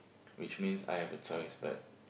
which means I have a choice but